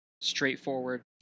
straightforward